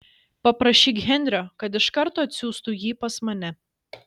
paprašyk henrio kad iš karto atsiųstų jį pas mane